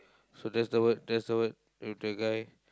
so that's the word that's the word with the guy